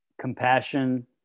compassion